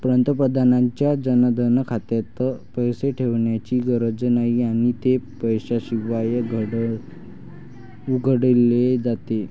पंतप्रधानांच्या जनधन खात्यात पैसे ठेवण्याची गरज नाही आणि ते पैशाशिवाय उघडले जाते